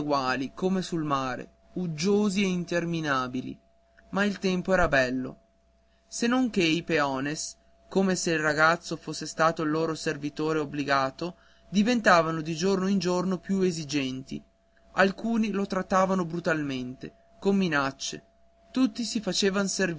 come sul mare uggiosi e interminabili ma il tempo era bello senonché i peones come se il ragazzo fosse stato il loro servitore obbligato diventavano di giorno in giorno più esigenti alcuni lo trattavano brutalmente con minacce tutti si facevan